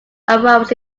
aroused